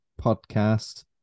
podcast